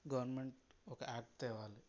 government ఒక act తేవాలి